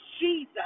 Jesus